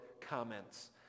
comments